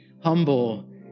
humble